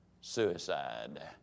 suicide